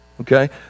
Okay